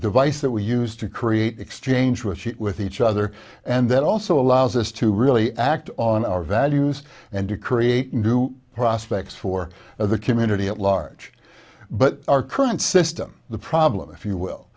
device that we use to create exchange which hit with each other and that also allows us to really act on our values and to create new prospects for the community at large but our current system the problem if you will